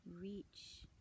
reach